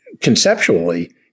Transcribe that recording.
conceptually